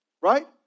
Right